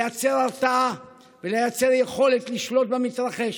לייצר הרתעה ולייצר יכולת לשלוט במתרחש.